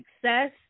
success